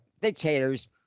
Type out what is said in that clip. dictators